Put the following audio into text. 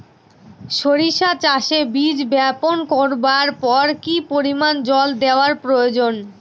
সরিষা চাষে বীজ বপন করবার পর কি পরিমাণ জল দেওয়া প্রয়োজন?